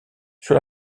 sur